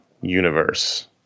universe